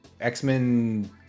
X-Men